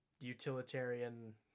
utilitarian